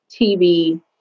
TV